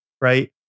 right